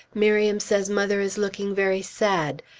miriam says mother is looking very sad.